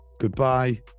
Goodbye